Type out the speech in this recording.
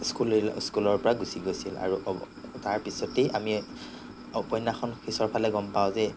school এৰিলৈ স্কুলৰ পৰা গুছি গৈছিল আৰু অৱ তাৰ পিছতেই আমি উপন্যাসখন পিছৰ ফালে গম পাওঁ যে